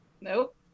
Nope